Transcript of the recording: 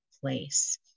place